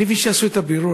אני מבין שעשו את הבירור.